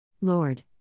Lord